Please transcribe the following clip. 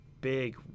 big